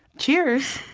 cheers,